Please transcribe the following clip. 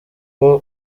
muri